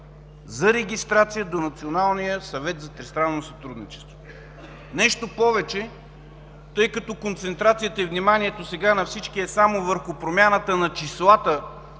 за регистрация до Националния съвет за тристранно сътрудничество. Нещо повече, тъй като концентрацията и вниманието сега на всички са само върху промяната на числата